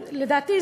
לדעתי,